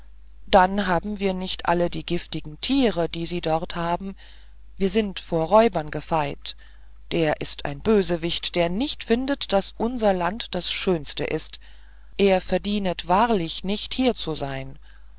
dann haben wir nicht alle die giftigen tiere die sie dort haben und wir sind von räubern befreit der ist ein bösewicht der nicht findet daß unser land das schönste ist er verdiente wahrlich nicht hier zu sein